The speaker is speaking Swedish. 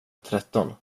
tretton